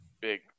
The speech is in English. big